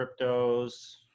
cryptos